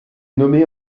nommé